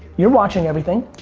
you're watching everything.